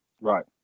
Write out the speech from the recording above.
Right